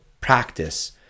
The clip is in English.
practice